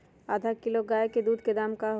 आधा किलो गाय के दूध के का दाम होई?